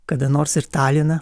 kada nors ir taliną